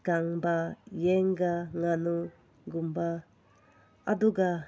ꯇꯥꯡꯕ ꯌꯦꯟꯒ ꯉꯥꯅꯨꯒꯨꯝꯕ ꯑꯗꯨꯒ